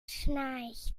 schnarcht